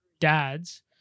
dad's